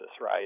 right